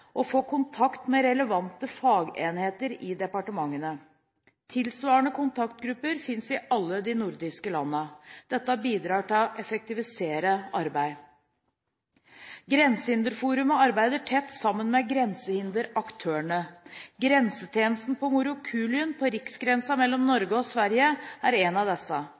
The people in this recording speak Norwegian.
å få kontakt med relevante fagenheter i departementene. Tilsvarende kontaktgrupper finnes i alle de nordiske landene. Dette bidrar til å effektivisere arbeidet. Grensehinderforum arbeider tett sammen med grensehinderaktørene. Grensetjenesten ved Morokulien på riksgrensen mellom Norge og Sverige er en av disse.